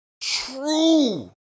true